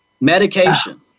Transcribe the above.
medication